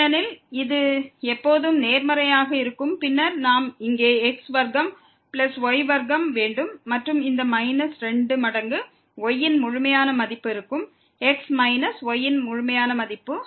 ஏனெனில் இது எப்போதும் நேர்மறை யாக இருக்கும் பின்னர் நாம் இங்கே x வர்க்கம் பிளஸ் y வர்க்கம் வேண்டும் மற்றும் இந்த மைனஸ் 2 மடங்கு y ன் முழுமையான மதிப்பு இருக்கும் x மைனஸ் y ன் முழுமையான மதிப்பு